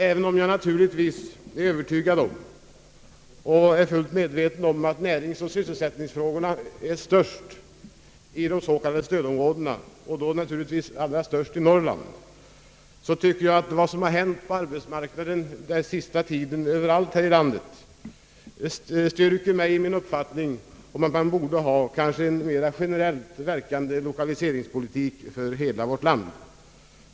Även om jag naturligtvis är Övertygad liksom fullt medveten om att näringsoch sysselsättningsfrågorna är störst i de s.k. stödområdena — och naturligtvis allra störst i Norrland — anser jag att det som har hänt på arbetsmarknaden den senaste tiden i hela landet styrker mig i min uppfattning att lokaliseringspolitiken borde ha en mera generell verkan för hela vårt land.